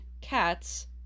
cats